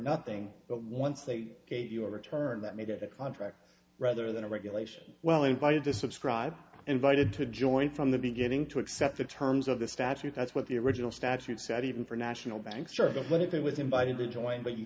nothing but once they gave you a return that made it a contract rather than a regulation well invited to subscribe invited to join from the beginning to accept the terms of the statute that's what the original statute said even for national banks serve the what if it was invited to join but you